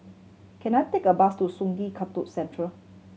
can I take a bus to Sungei Kadut Central